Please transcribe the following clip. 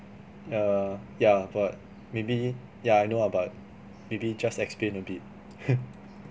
yeah yeah but maybe yeah I know lah but maybe just explain a bit